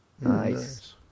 Nice